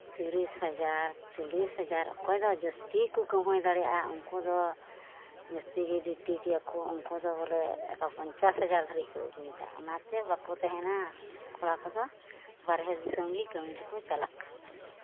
ᱛᱤᱨᱤᱥ ᱦᱟᱡᱟᱨ ᱪᱚᱞᱞᱤᱥ ᱦᱟᱡᱟᱨ ᱚᱠᱚᱭ ᱫᱚ ᱡᱟᱹᱥᱛᱤ ᱠᱚ ᱠᱟᱹᱢᱦᱟᱹᱭ ᱫᱟᱲᱭᱟᱜᱼᱟ ᱩᱱᱠᱩ ᱫᱚ ᱡᱟᱹᱥᱛᱤ ᱜᱮ ᱡᱩᱴᱤ ᱜᱮᱭᱟᱠᱚ ᱩᱱᱠᱩ ᱫᱚ ᱵᱚᱞᱮ ᱯᱚᱧᱪᱟᱥ ᱦᱟᱡᱟᱨ ᱫᱷᱟᱹᱨᱤᱡ ᱠᱚ ᱟᱹᱜᱩᱭᱫᱟ ᱚᱱᱟᱛᱮ ᱵᱟᱠᱚ ᱛᱟᱦᱮᱱᱟ ᱠᱚᱲᱟ ᱠᱚᱫᱚ ᱵᱟᱨᱦᱮ ᱫᱤᱥᱚᱢ ᱜᱮ ᱠᱟᱹᱢᱤ ᱫᱚᱠᱚ ᱪᱟᱞᱟᱜ ᱠᱟᱱ ᱛᱟᱞᱮᱭᱟ